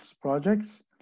projects